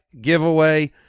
giveaway